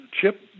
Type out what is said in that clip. Chip